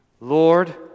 Lord